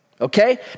okay